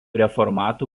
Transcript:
reformatų